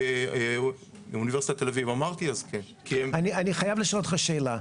אני חייב לשאול אותך שאלה.